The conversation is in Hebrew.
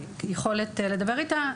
יכולת לדבר איתה.